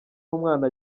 w’umwana